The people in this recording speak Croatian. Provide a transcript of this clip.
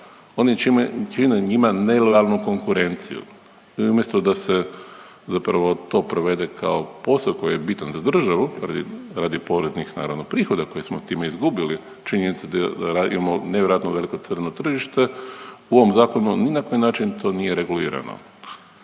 oni čine njima nelojalnu konkurenciju i umjesto da se zapravo to provede kao posao koji je bitan za državu, radi poreznih, naravno prihoda koji smo time izgubili, činjenica da imamo nevjerojatno crno tržište u ovom Zakonu ni na koji način to nije regulirano.